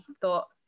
thought